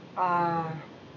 ah